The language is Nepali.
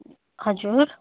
हजुर